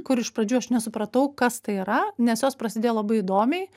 kur iš pradžių aš nesupratau kas tai yra nes jos prasidėjo labai įdomiai